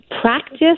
practice